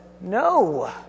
no